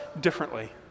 differently